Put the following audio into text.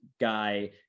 guy